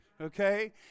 okay